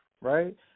right